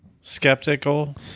Skeptical